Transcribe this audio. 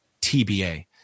TBA